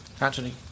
Anthony